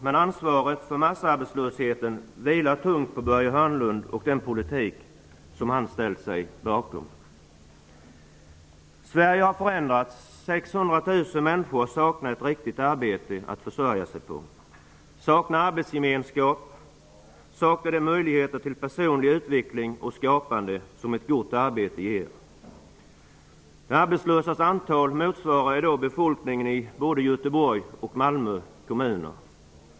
Men ansvaret för massarbetslösheten vilar tungt på Börje Hörnlund och den politik som han ställt sig bakom. Sverige har förändrats. 600 000 människor saknar ett riktigt arbete att försörja sig på. De saknar arbetsgemenskap, och de saknar de möjligheter till personlig utveckling och skapande som ett gott arbete ger. De arbetslösas antal motsvararar i dag befolkningen i både Göteborgs och Malmös kommuner.